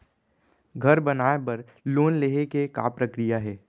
घर बनाये बर लोन लेहे के का प्रक्रिया हे?